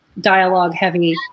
dialogue-heavy